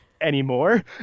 anymore